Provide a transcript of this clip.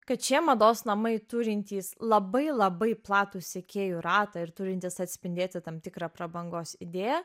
kad šie mados namai turintys labai labai platų sekėjų ratą ir turintys atspindėti tam tikrą prabangos idėją